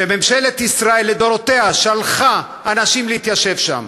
כשממשלת ישראל לדורותיה שלחה אנשים להתיישב שם,